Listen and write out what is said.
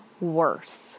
worse